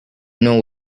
know